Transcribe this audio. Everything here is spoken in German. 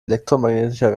elektromagnetischer